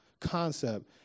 concept